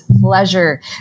pleasure